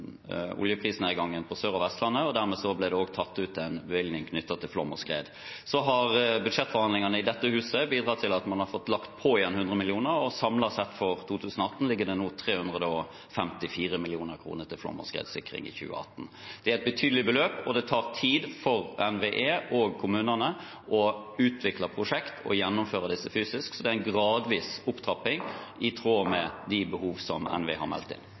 oljeprisnedgangen på Sør- og Vestlandet. Dermed ble det også tatt ut en bevilgning knyttet til flom og skred. Så har budsjettforhandlingene i dette huset bidratt til at man har fått lagt på igjen 100 mill. kr. Samlet sett for 2018 ligger det nå 354 mill. kr til flom- og skredsikring i 2018. Det er et betydelig beløp. Og det tar tid for NVE og kommunene å utvikle prosjekter og gjennomføre disse fysisk, så det er en gradvis opptrapping, i tråd med de behov som NVE har meldt inn.